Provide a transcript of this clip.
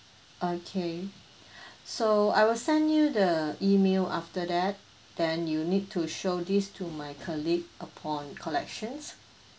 okay so I will send you the email after that then you need to show this to my colleague upon collections